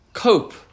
cope